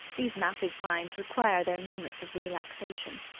these massive minds require their moments of relaxation.